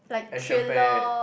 action packed